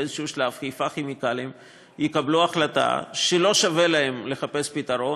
באיזה שלב חיפה כימיקלים יקבלו החלטה שלא שווה להם לחפש פתרון